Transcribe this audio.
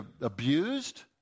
abused